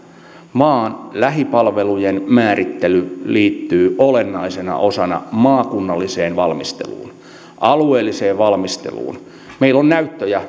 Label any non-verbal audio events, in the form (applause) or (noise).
lähipalvelujen määrittely liittyy olennaisena osana maakunnalliseen valmisteluun alueelliseen valmisteluun meillä on näyttöjä (unintelligible)